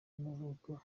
y’amavuko